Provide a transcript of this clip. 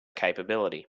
capability